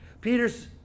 Peter's